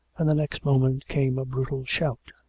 and the next moment came a brutal shout.